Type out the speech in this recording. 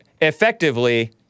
effectively